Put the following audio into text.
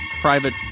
private